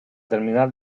terminar